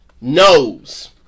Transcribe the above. knows